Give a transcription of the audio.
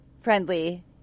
friendly